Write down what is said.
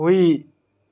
ꯍꯨꯏ